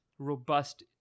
Robust